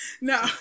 no